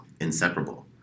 inseparable